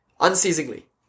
unceasingly